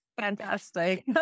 Fantastic